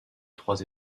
trois